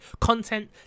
content